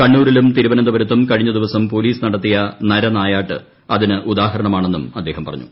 കണ്ണൂരിലും തിരുവനന്തപുരത്തും ക്കഴിഞ്ഞ ദിവസം പോലീസ് നടത്തിയ നരനായാട്ട് അതിന് ഉദാഹരണമാണെന്നും അദ്ദേഹം പറഞ്ഞു